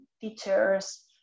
teachers